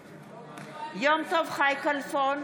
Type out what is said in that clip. בעד יום טוב חי כלפון,